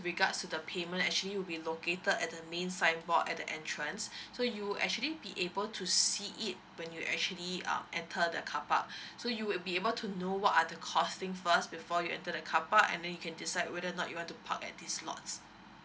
with regards to the payment actually will be located at the main signboard at the entrance so you actually be able to see it when you actually um enter the car park so you will be able to know what are the costing first before you enter the car park and then you can decide whether not you want to park at these lots